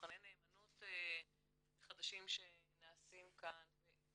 מבחני נאמנות חדשים שנעשים כאן.